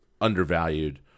undervalued